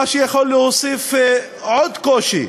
מה שיכול להוסיף עוד קושי